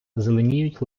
зеленіють